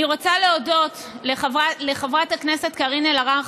אני רוצה להודות לחברת הכנסת קארין אלהרר,